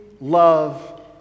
love